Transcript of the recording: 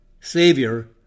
savior